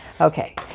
Okay